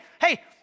hey